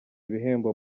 ibihembo